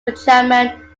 benjamin